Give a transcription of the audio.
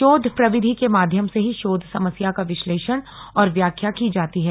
शोध प्रविधि के माध्यम से ही शोध समस्या का विश्लेषण और व्याख्या की जाती है